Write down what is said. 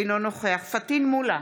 אינו נוכח פטין מולא,